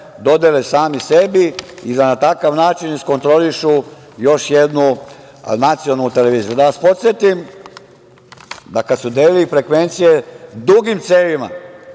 dodele sami sebi i da na takav način iskontrolišu još jednu nacionalnu televiziju. Da vas podsetim, kada su delili frekvencije, dugim cevima,